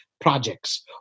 projects